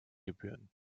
gebühren